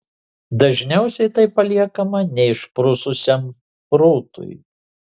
dažniausiai tai paliekama neišprususiam protui